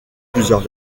plusieurs